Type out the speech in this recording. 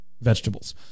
vegetables